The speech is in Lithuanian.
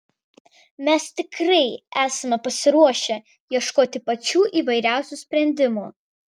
mes tikrai esame pasiruošę ieškoti pačių įvairiausių sprendimų